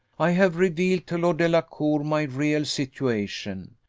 i have revealed to lord delacour my real situation.